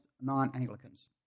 non-Anglicans